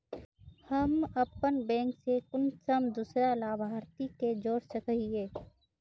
हम अपन बैंक से कुंसम दूसरा लाभारती के जोड़ सके हिय?